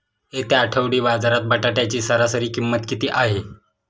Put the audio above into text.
येत्या आठवडी बाजारात बटाट्याची सरासरी किंमत किती आहे?